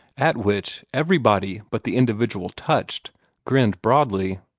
at which everybody but the individual touched grinned broadly.